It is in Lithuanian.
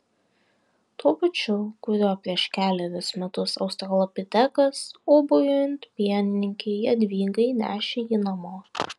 tuo pačiu kuriuo prieš kelerius metus australopitekas ūbaujant pienininkei jadvygai nešė jį namo